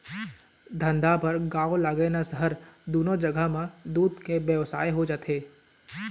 धंधा बर गाँव लागय न सहर, दूनो जघा म दूद के बेवसाय होथे